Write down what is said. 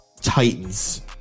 Titans